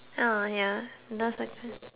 uh ya enough already